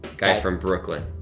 guy from brooklyn.